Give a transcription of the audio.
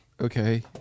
okay